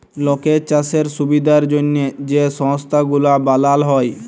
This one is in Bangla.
লকের চাষের সুবিধার জ্যনহে যে সংস্থা গুলা বালাল হ্যয়